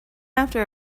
after